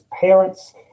parents